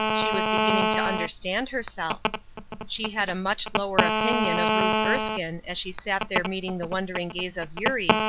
she was beginning to understand herself she had a much lower opinion of ruth erskine as she sat there meeting the wondering gaze of eurie,